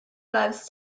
loves